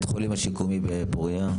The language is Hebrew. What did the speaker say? בית החולים השיקומי בפוריה?